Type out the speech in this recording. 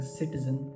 citizen